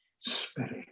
Spirit